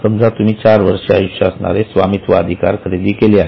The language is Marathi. समजा तुम्ही चार वर्ष आयुष्य असणारे स्वामित्व अधिकार खरेदी केलेले आहेत